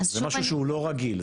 זה משהו שהוא לא רגיל,